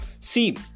see